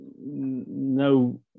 no